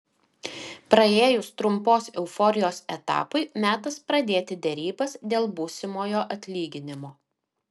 praėjus trumpos euforijos etapui metas pradėti derybas dėl būsimojo atlyginimo